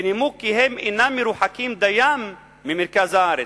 בנימוק כי הם אינם מרוחקים דיים ממרכז הארץ.